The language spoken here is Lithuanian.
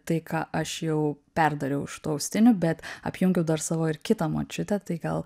tai ką aš jau perdariau iš tų austinių bet apjungiau dar savo ir kitą močiutę tai gal